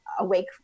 awake